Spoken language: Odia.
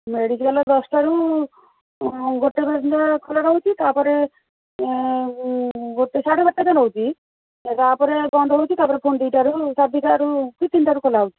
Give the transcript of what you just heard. ମେଡ଼ିକାଲ୍ ଦଶଟାରୁ ଗୋଟିଏ ପର୍ଯ୍ୟନ୍ତ ଖୋଲା ରହୁଛି ତା'ପରେ ଗୋଟିଏ ସାଢ଼େ ବାରଟା ଯାଏ ରହୁଛି ତା'ପରେ ବନ୍ଦ ହେଉଛି ତାପରେ ପୁଣି ଦୁଇଟାରୁ ସାଢ଼େ ଦୁଇଟାରୁ କି ତିନିଟାରୁ ଖୋଲା ହେଉଛି